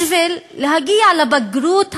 בשביל להגיע לבגרות הזאת,